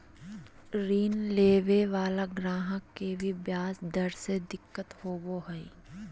ऋण लेवे वाला गाहक के भी ब्याज दर से दिक्कत होवो हय